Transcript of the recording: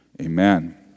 Amen